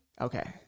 Okay